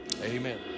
Amen